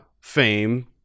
fame